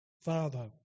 father